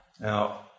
Now